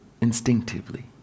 instinctively